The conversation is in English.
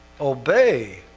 obey